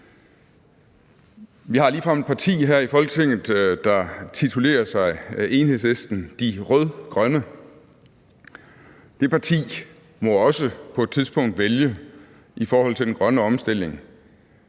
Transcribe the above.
Vi har ligefrem et parti her i Folketinget, der titulerer sig Enhedslisten – de rød-grønne, men det parti må også på et tidspunkt vælge i forhold til den grønne omstilling,